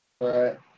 right